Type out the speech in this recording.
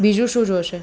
બીજું શું જોઈશે